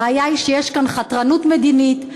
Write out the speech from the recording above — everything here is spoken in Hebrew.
הבעיה היא שיש כאן חתרנות מדינית,